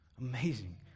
Amazing